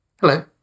Hello